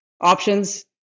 options